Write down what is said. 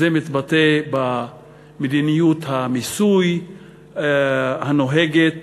זה מתבטא במדיניות המיסוי הנוהגת